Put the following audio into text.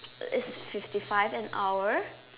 fifty five an hour